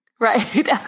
Right